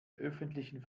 öffentlichen